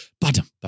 bottom